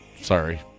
Sorry